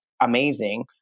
amazing